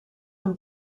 amb